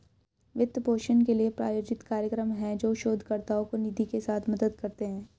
वित्त पोषण के लिए, प्रायोजित कार्यक्रम हैं, जो शोधकर्ताओं को निधि के साथ मदद करते हैं